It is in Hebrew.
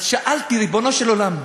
אז שאלתי, ריבונו של עולם,